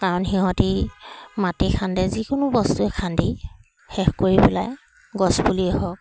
কাৰণ সিহঁতি মাটি খান্দে যিকোনো বস্তুৱে খান্দি শেষ কৰি পেলায় গছপুলিয়ে হওক